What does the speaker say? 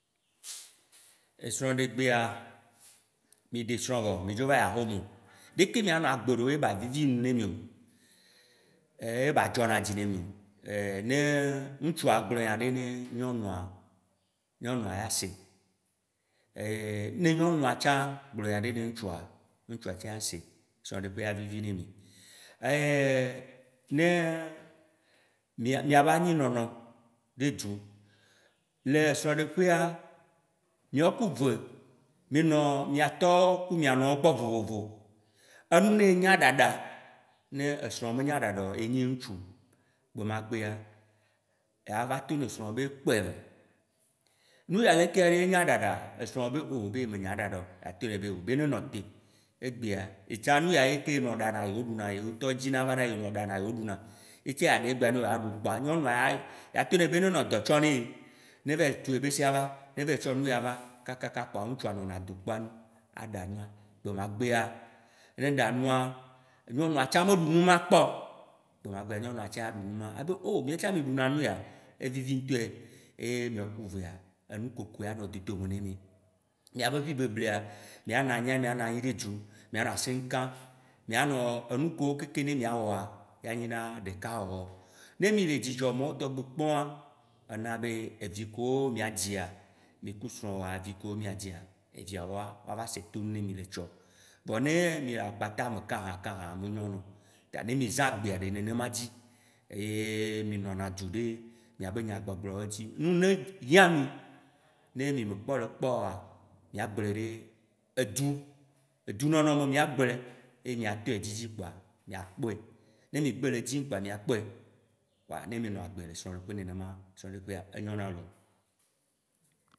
Esrɔ̃ɖegbea, mì ɖe srɔ̃ vɔ, mì dzo va yi aƒeme, leke mia nɔa agbea ɖo ye ba vivi nu ne mio, ye ba dzɔ na dzi ne mio? ne ŋtsua gblɔ nya ɖe ne nyɔnua, nyɔnua ya se, ne nyɔnua tsã gblɔ nya ɖe ne ŋtsua, ŋtsua tsã ya se, srɔ̃ɖeƒea avivi ne mi. Ne mia- mìaba anyinɔnɔ ɖe dzu. Le srɔɖeƒea, miɔku ve mi nɔ mia tɔ ku mia nɔwo gbɔ vovovo, enune yi ne nya ɖaɖa, ne esrɔ̃wò me nya ɖaɖa o enye ŋtsu, gbe magbea, yava to ne srɔ̃wò be ekpɔe ma, nu ya leke aɖe, enya ɖaɖa? Esrɔ̃wò be o yi me nya ɖaɖa o, ato nɛ be o nenɔ te, egbea yetsã nu ya leke ye wò nɔ ɖa na yewo ɖuna, ye tɔ dzina vana ye nɔ ɖana yewò ɖuna. Ye tsã yeaɖae egbea ye wo aɖu, kpoa nyɔnua ya, ato nɛ be ne nɔ dɔ tsɔm ne yi. Ne va yi tu yebesea va, ne va yi tsɔ nu ya va, kakaka kpoa ŋtsua nɔna adokpoa nu aɖa nua. Gbemagbea ne ɖa nua, nyɔnua tsã me ɖu nua kpɔ, gbemagbe nyɔnua tse aɖu nua, abe oh, miawo tsã mi ɖu na nu ya evivi ŋtɔe? Ye miɔku vea enukoko anɔ dodo me ne mi. Miabe vi beblea, mianɔ anyi, mianɔ anyi ɖe dzu mianɔ aseŋ kam, mianɔ enu kowo kekem miawɔa ya nyea ɖekawɔwɔ. Ne mi le dzidzɔ mawo tɔŋgbi kpɔa, ana be edzi kewo miadzia, mi ku srɔ̃wòa vi ke wo mia dzia, ɖeviawoa woava se tonu ne mi le tsɔ. Vɔ ne mì le akpata me kahãkahã, me nyona o. Ta ne mi zã agbea ɖe nenema dzi, ye minɔna dzu ɖe miabe nyagbɔgblɔwo dzi, nu yi ne hiã mi, ne mi me kpɔ le kpɔ oa, miagblɔɛ ɖe edzu, dzunɔnɔnɔ me miagblɔe. Ye miatɔe dzidzi kpoa miakpɔe, ne mi gbe le dim kpoa miakpɔe. Kpoa ne mi nɔ agbe le srɔ̃ɖeƒe nenema, srɔ̃ɖeƒea enyona o